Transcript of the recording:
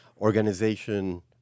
Organization